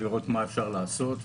לראות מה אפשר לעשות,